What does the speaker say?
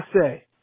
say